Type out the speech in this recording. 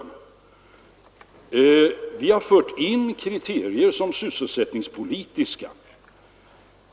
Vi har fört in kriterier, som exempelvis sysselsättningspolitiska.